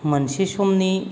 मोनसे समनि